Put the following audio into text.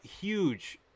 Huge